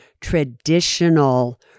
traditional